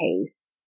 case